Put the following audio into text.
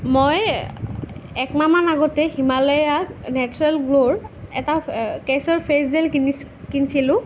মই একমাহ মান আগতে হিমালয়া নেচাৰেল গ্ল' ৰ এটা কেছৰ ফেছ জেল কিনিছিলোঁ